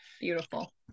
Beautiful